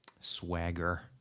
swagger